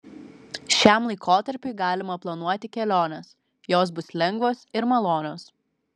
šiam laikotarpiui galima planuoti keliones jos bus lengvos ir malonios